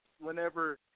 whenever